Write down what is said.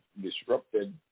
disrupted